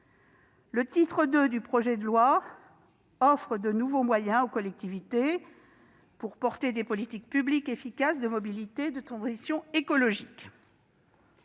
Le titre II du projet de loi offre de nouveaux moyens aux collectivités pour mener des politiques publiques efficaces de mobilité et de transition écologique.